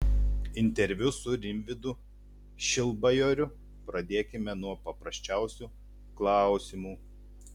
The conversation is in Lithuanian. interviu su rimvydu šilbajoriu pradėkime nuo paprasčiausių klausimų